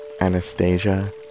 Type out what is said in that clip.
Anastasia